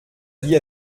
vie